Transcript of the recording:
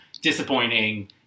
disappointing